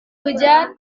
hujan